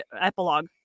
epilogue